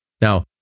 Now